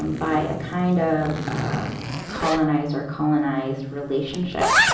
um by a kind of colonizer-colonized relationship.